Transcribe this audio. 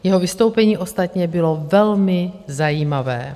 Jeho vystoupení ostatně bylo velmi zajímavé.